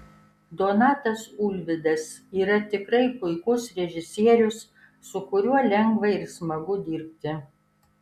donatas ulvydas yra tikrai puikus režisierius su kuriuo lengva ir smagu dirbti